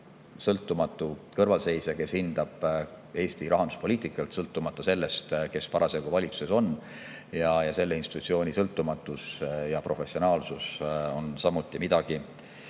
sõltumatu kõrvalseisja, kes hindab Eesti rahanduspoliitikat, sõltumata sellest, kes parasjagu valitsuses on. Selle institutsiooni sõltumatusesse ja professionaalsusesse tuleb